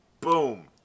Boom